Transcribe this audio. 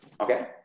Okay